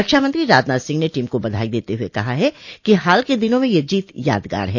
रक्षामंत्री राजनाथ सिंह ने टीम को बधाई देते हुए कहा है कि हाल के दिनों में यह जीत यादगार है